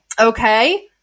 okay